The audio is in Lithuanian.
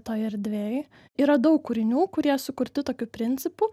toj erdvėj yra daug kūrinių kurie sukurti tokiu principu